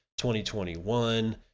2021